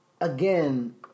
again